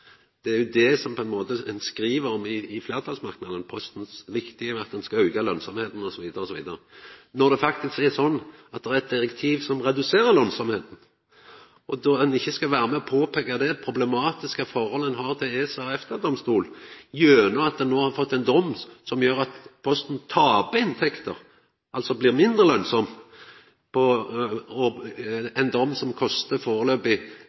det er jo det ein skriv om i fleirtalsmerknaden, at Posten er viktig, og at ein skal auka lønnsemda osv., osv. Det er faktisk eit direktiv som reduserer lønnsemda, og ein skal då ikkje vera med på å påpeika det problematiske forholdet ein har til ESA og EFTA-domstolen, gjennom at ein no har fått ein dom som gjer at Posten taper inntekter, altså blir mindre lønnsam, ein dom som førebels kostar